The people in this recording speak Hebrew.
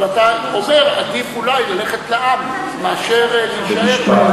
אבל אתה אומר שעדיף אולי ללכת לעם מאשר להישאר.